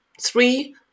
three